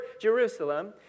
Jerusalem